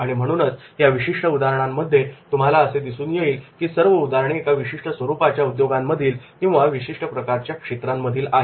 आणि म्हणूनच या विशिष्ट उदाहरणांमध्ये तुम्हाला असे दिसून येईल की सर्व उदाहरणे एका विशिष्ट स्वरूपाच्या उद्योगांमधील किंवा विशिष्ट प्रकारच्या क्षेत्रांमधील आहेत